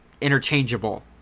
Interchangeable